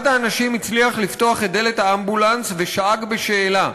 אחד האנשים הצליח לפתוח את דלת האמבולנס ושאג בשאלה: